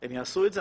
הן יעשו את זה.